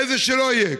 איזה שלא יהיה,